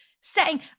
setting